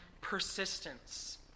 persistence